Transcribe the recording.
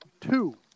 two